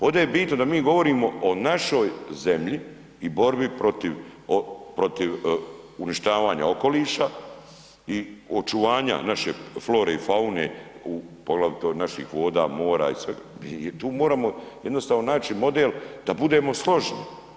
Ovdje je bitno da mi govorimo o našoj zemlji i borbi protiv uništavanja okoliša i očuvanje naše flore i faune poglavito naših voda, mora i svega, i tu moramo jednostavno naći model da budemo složni.